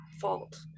fault